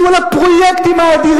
הם אמרו לנו על הפרויקטים האדירים.